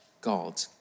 God